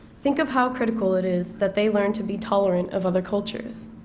think of how critical it is that they learn to be tolerant of other cultures.